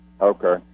okay